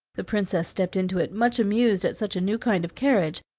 the princess stepped into it, much amused at such a new kind of carriage,